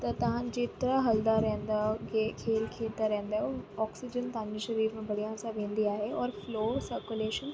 त तव्हां जेतिरा हलंदा रहंदा आहियो खेल खेॾंदा रहंदा आहियो ऑक्सीजन तव्हांजे शरीर में बढ़िया सां वेंदी आहे औरि फ्लो सर्कुलेशन